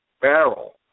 barrel